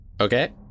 Okay